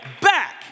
back